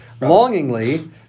longingly